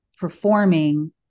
performing